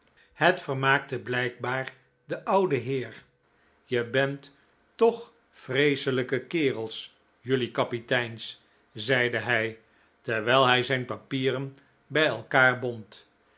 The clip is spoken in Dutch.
het vermaakte blijkbaar den ouden heer e bent toch vreeselijke kerels jelui kapiteins zeide hij terwijl hij zijn papieren bij elkaar bond